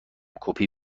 کپی